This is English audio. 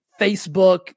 Facebook